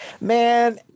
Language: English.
Man